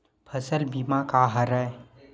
फसल बीमा का हरय?